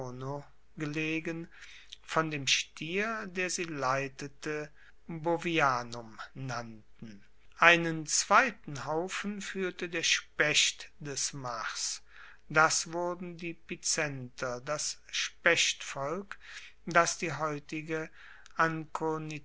gelegen von dem stier der sie leitete bovianum nannten einen zweiten haufen fuehrte der specht des mars das wurden die picenter das spechtvolk das die heutige